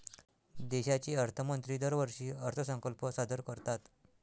देशाचे अर्थमंत्री दरवर्षी अर्थसंकल्प सादर करतात